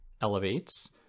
Elevates